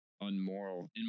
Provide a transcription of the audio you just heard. unmoral